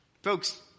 Folks